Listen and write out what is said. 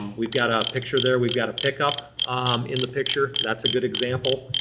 we've got a picture there. we've got a pickup in the picture. that's a good example.